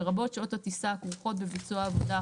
לרבות שעות הטיסה הכרוכות בביצוע העבודה,